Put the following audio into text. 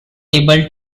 able